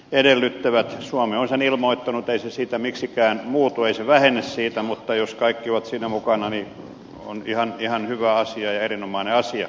suomi on sen ilmoittanut ei se siitä miksikään muutu ei se vähene siitä mutta jos kaikki ovat siinä mukana niin se on ihan hyvä ja erinomainen asia